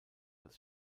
als